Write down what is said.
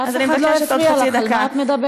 אז אני מבקשת עוד חצי דקה.